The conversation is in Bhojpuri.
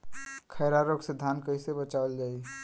खैरा रोग से धान कईसे बचावल जाई?